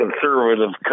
conservative